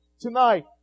tonight